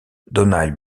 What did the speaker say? donald